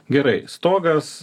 gerai stogas